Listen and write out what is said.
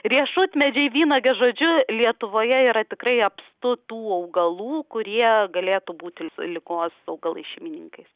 riešutmedžiai vynuogės žodžiu lietuvoje yra tikrai apstu tų augalų kurie galėtų būti ligos augalais šeimininkais